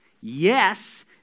yes